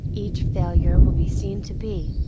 each failure will be seen to be,